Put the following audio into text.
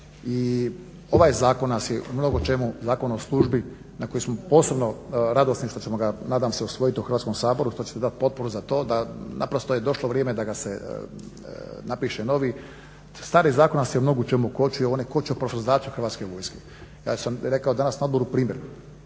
i ovaj zakon nas je u mnogočemu, Zakon o službi na koji smo posebno radosni što ćemo ga nadam se usvojit u Hrvatskom saboru i što ćete dat potporu za to da, naprosto je došlo vrijeme da se napiše novi. Stari zakon nas je u mnogočemu kočio, on je kočio … Hrvatske vojske. Ja sam rekao danas na odboru primjer.